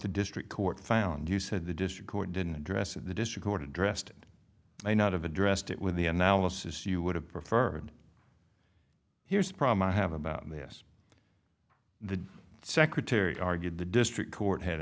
to district court found you said the district court didn't address it the district court addressed it may not have addressed it with the analysis you would have preferred here's the problem i have about this the secretary argued the district court had